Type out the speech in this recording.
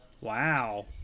Wow